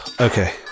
Okay